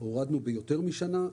הורדנו ביותר משנה.